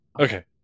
Okay